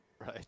Right